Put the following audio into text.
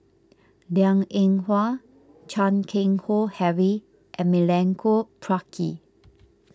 Liang Eng Hwa Chan Keng Howe Harry and Milenko Prvacki